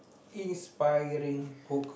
inspiring book